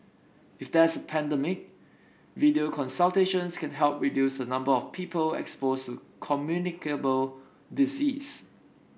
if there is a pandemic video consultations can help reduce a number of people exposed to communicable disease